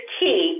key